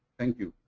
thank you.